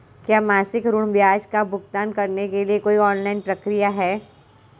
क्या मासिक ऋण ब्याज का भुगतान करने के लिए कोई ऑनलाइन प्रक्रिया है?